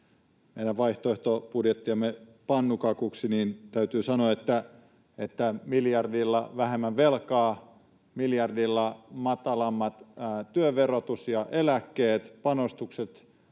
meidän vaihtoehtobudjettiamme pannukakuksi, niin täytyy sanoa, että miljardilla vähemmän velkaa, miljardilla matalammat työn verotus ja eläkkeet, panostukset